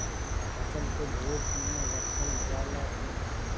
फसल के धुप मे रखल जाला कि न?